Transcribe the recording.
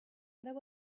there